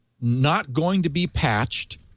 not-going-to-be-patched